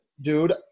Dude